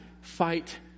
fight